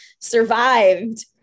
survived